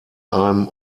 einem